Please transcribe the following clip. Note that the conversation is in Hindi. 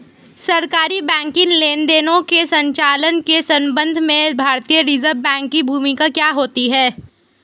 सरकारी बैंकिंग लेनदेनों के संचालन के संबंध में भारतीय रिज़र्व बैंक की भूमिका क्या होती है?